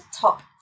top